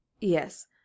Yes